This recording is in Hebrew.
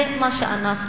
זה מה שאנחנו.